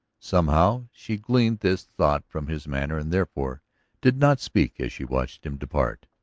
somehow she gleaned this thought from his manner and therefore did not speak as she watched him depart.